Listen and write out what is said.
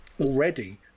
already